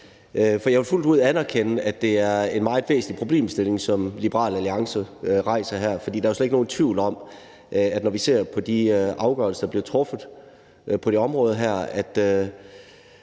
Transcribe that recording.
Jeg vil fuldt ud anerkende, at det er en meget væsentlig problemstilling, som Liberal Alliance rejser her, for der er slet ikke nogen tvivl om, at når vi ser på de afgørelser, der bliver truffet på det her